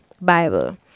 bible